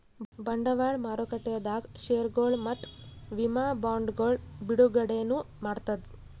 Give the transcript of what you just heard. ಬಂಡವಾಳ್ ಮಾರುಕಟ್ಟೆದಾಗ್ ಷೇರ್ಗೊಳ್ ಮತ್ತ್ ವಿಮಾ ಬಾಂಡ್ಗೊಳ್ ಬಿಡುಗಡೆನೂ ಮಾಡ್ತದ್